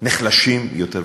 נחלשים יותר ויותר.